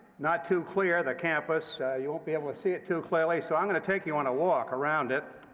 not too clear the campus. you won't be able to see it too clearly, so i'm going to take you on a walk around it.